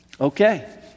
okay